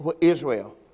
Israel